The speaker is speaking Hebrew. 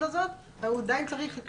הזאת והוא עדיין צריך לדווח למשרד הבריאות.